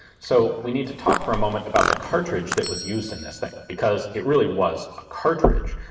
so we need to talk for a moment about the cartridge that was used in this thing, because it really was a cartridge.